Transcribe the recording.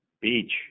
Beach